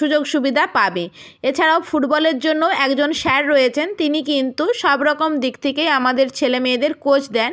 সুযোগ সুবিধা পাবে এছাড়াও ফুটবলের জন্যও একজন স্যার রয়েছেন তিনি কিন্তু সবরকম দিক থেকেই আমাদের ছেলে মেয়েদের কোচ দেন